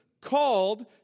called